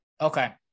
Okay